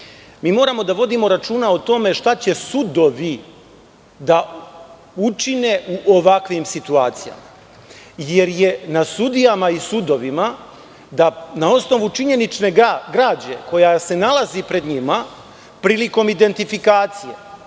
Mi moramo da vodimo računa o tome šta će sudovi da učine u ovakvim situacijama, jer je na sudijama i sudovima da na osnovu činjenične građe koja se nalazi pred njima, prilikom identifikacije,